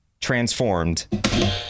transformed